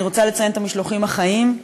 אני רוצה לציין את המשלוחים החיים,